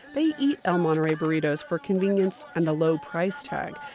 they eat el monterey burritos for convenience and the low price tag.